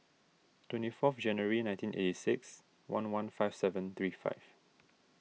twenty fourth January nineteen eighty six one one five seven three five